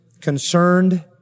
concerned